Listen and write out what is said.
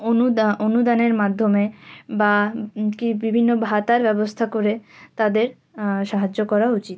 অনুদা অনুদানের মাধ্যমে বা কী বিভিন্ন ভাতার ব্যবস্থা করে তাদের সাহায্য করা উচিত